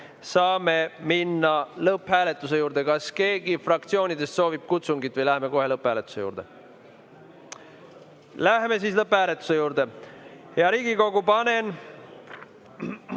saame minna lõpphääletuse juurde. Kas keegi fraktsioonidest soovib kutsungit või läheme kohe lõpphääletuse juurde? Läheme siis lõpphääletuse juurde. Hea Riigikogu, panen